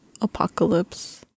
apocalypse